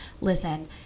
listen